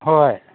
ꯍꯣꯏ